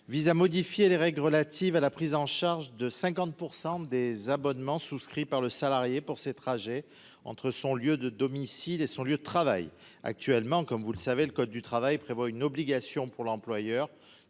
vise à modifier les règles relatives à la prise en charge de 50 % des abonnements souscrits par le salarié, pour ses trajets entre son lieu de domicile et son lieu de travail actuellement, comme vous le savez, le code du travail prévoit une obligation pour l'employeur